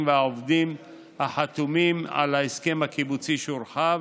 והעובדים החתומים על ההסכם הקיבוצי שהורחב,